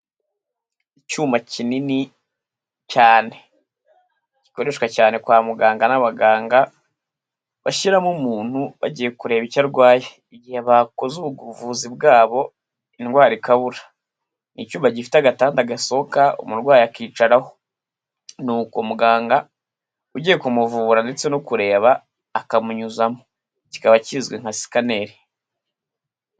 Icyuma kinini cyane gikoreshwa cyane kwa muganga n'abaganga bashyiramo umuntu bagiye kureba icyo arwaye igihe bakoze ubu ubwo buvuzi bwabo indwara ikabura. Ni icyuma gifite agatanda gasohoka umurwayi akicaraho n'uko muganga ugiye kumuvura ndetse no kureba akamunyuzamo, kikaba kizwi nka scanner.